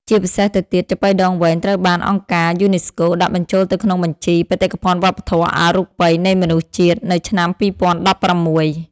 ជាពិសេសទៅទៀត ចាប៉ីដងវែង ត្រូវបានអង្គការ UNESCO ដាក់បញ្ចូលទៅក្នុងបញ្ជី បេតិកភណ្ឌវប្បធម៌អរូបីនៃមនុស្សជាតិ នៅឆ្នាំ ២០១៦។